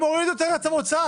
הם הורידו את ארץ המוצא.